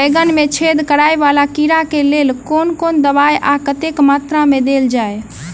बैंगन मे छेद कराए वला कीड़ा केँ लेल केँ कुन दवाई आ कतेक मात्रा मे देल जाए?